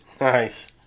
Nice